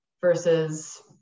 versus